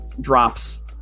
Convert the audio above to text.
drops